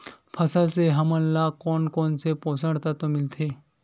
फसल से हमन ला कोन कोन से पोषक तत्व मिलथे?